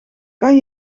kan